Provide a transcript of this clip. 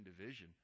division